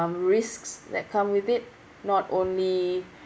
um risks that come with it not only